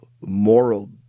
moral